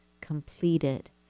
completed